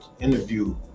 interview